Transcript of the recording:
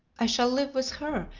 i shall live with her,